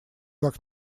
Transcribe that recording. как